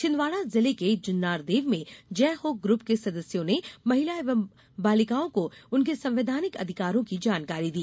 छिंदवाडा जिले के जुन्नारदेव में जय हो ग्रुप के सदस्यों ने महिला एवं बालिकाओं को उनके संवैधानिक अधिकारों की जानकारी दी